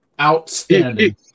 Outstanding